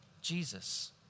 Jesus